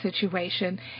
situation